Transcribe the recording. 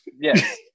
Yes